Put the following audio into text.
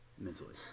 mentally